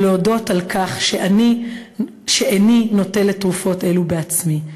ולהודות על כך שאיני נוטלת תרופות אלו בעצמי.